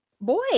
boy